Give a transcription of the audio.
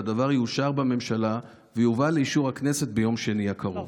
והדבר יאושר בממשלה ויובא לאישור הכנסת ביום שני הקרוב.